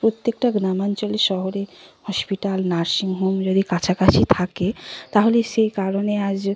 প্রত্যেকটা গ্রামাঞ্চলে শহরে হসপিটাল নার্সিং হোম যদি কাছাকাছি থাকে তাহলে সেই কারণে আজ